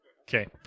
Okay